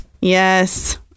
Yes